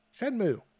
Shenmue